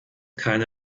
keine